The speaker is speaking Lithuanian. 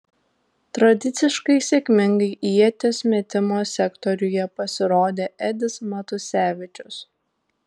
tradiciškai sėkmingai ieties metimo sektoriuje pasirodė edis matusevičius